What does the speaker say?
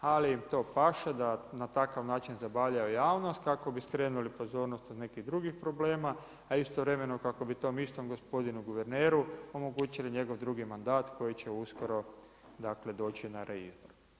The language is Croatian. Ali im to paše da na takav način zabavljaju javnost kako bi skrenuli pozornost od nekih drugih problema, a istovremeno kako bi tom istom gospodinu guverneru omogućili njegov drugi mandat koji će uskoro, dakle doći na red.